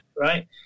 right